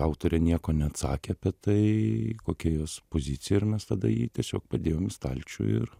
autorė nieko neatsakė apie tai kokia jos pozicija ir mes tada jį tiesiog padėjom į stalčių ir